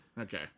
Okay